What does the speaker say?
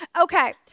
Okay